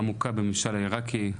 עמוקה בממשל העירקי,